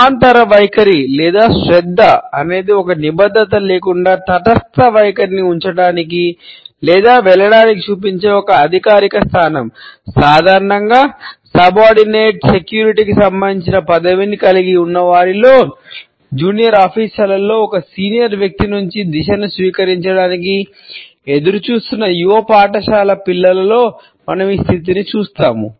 సమాంతర వైఖరి వ్యక్తి నుండి దిశను స్వీకరించడానికి ఎదురుచూస్తున్న యువ పాఠశాల పిల్లలలో మనం ఈ స్థితిని చూస్తాము